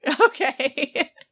Okay